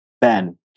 Ben